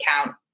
account